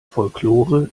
folklore